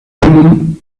human